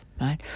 right